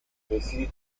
récit